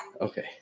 Okay